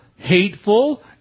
Hateful